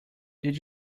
did